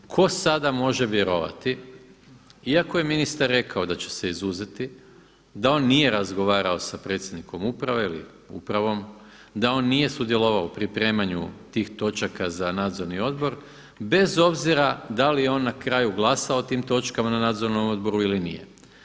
Tko sada može vjerovati iako je ministar rekao da će se izuzeti, da on nije razgovarao sa predsjednikom uprave ili uprave, da oni je sudjelovao u pripremanju tih točaka za nadzorni odbor, bez obzira da li je on na kraju glasao o tim točkama na nadzornom odboru ili nije.